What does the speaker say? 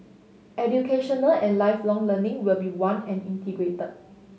Educational and Lifelong Learning will be one and integrated